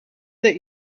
that